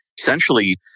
Essentially